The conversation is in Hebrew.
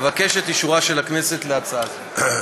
אבקש את אישורה של הכנסת להצעה זו.